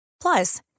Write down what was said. Plus